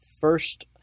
first